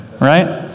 right